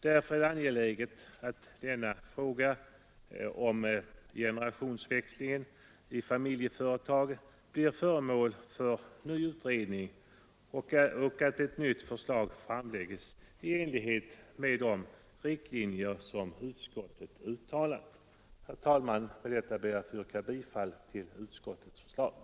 Därför är det angeläget att frågan om kapitalbeskattningen och generationsväxlingen i familjeföretag blir föremål för ny utredning och att ett nytt förslag framläggs i enlighet med de riktlinjer som utskottet dragit upp. Herr talman! Jag ber att få yrka bifall till utskottets hemställan.